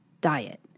diet